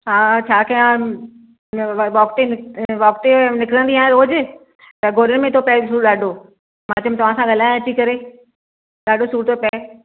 हा छा कया वॉक ते वॉक ते निकिरंदी आहियां रोज़ु त गोॾनि में थो पए सूरु ॾाढो मां चयो तव्हां सां ॻाल्हायां थी करे ॾाढो सूरु थो पए